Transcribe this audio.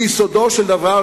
ביסודו של דבר,